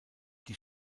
die